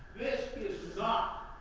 this is not